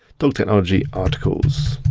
dog technology articles.